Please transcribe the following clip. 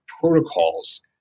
protocols